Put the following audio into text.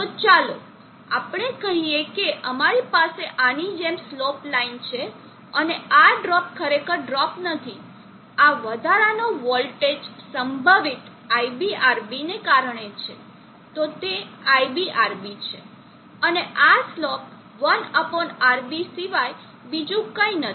તો ચાલો આપણે કહીએ કે અમારી પાસે આની જેમ સ્લોપ લાઇન છે અને આ ડ્રોપ ખરેખર ડ્રોપ નથી આ વધારાનો વોલ્ટેજ સંભવિત iBRB ને કારણે છે તો તે iBRB છે અને આ સ્લોપ 1 RB સિવાય બીજું કંઈ નથી